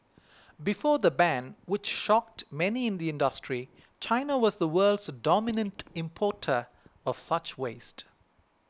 before the ban which shocked many in the industry China was the world's dominant importer of such waste